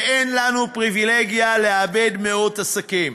ואין לנו פריבילגיה לאבד מאות עסקים.